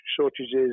shortages